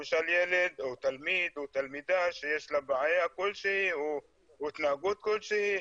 למשל ילד או תלמיד או תלמידה שיש לה בעיה כלשהי או התנהגות כלשהי,